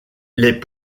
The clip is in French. les